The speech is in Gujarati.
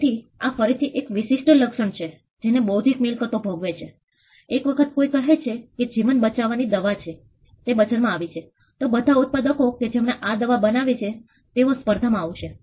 તેથી આ ફરીથી એક વિશિષ્ટ લક્ષણ છે જેને બૌદ્ધિક મિલકતો ભોગવે છે એક વખત કોઈ કહે કે જીવન બચાવવાની દવા છે તે બજાર માં આવી છે તો બધા ઉત્પાદકો કે જેમણે આ દવા બનાવી છે તેઓ સ્પર્ધામાં આવશે